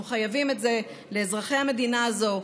אנחנו חייבים את זה לאזרחי המדינה הזו,